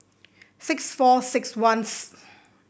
six four six one